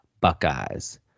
Buckeyes